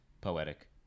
poetic